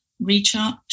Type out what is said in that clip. Recharge